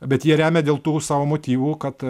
bet jie remia dėl tų savo motyvų kad